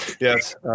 Yes